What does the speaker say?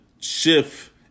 shift